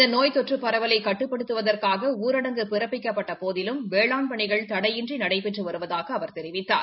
இந்த நோய் தொற்று பரவலை கட்டுப்படுத்துவதற்காக ஊரடங்கு பிறப்பிக்கப்பட்ட போதிலும் வேளாண் பணிகள் தடையின்றி நடைபெற்று வருவதாக அவர் தெரிவித்தார்